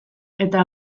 eta